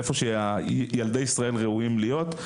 להיכן שילדי ישראל ראויים להיות,